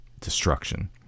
destruction